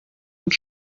und